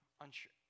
unsure